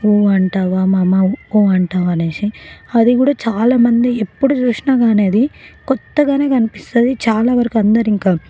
ఊ అంటావా మామ ఉఊ అంటావా అనేసి అది కూడా చాలామంది ఎప్పుడు చూసినా కానీ అది కొత్తగానే కనిపిస్తుంది చాలా వరకు అందరు ఇంకా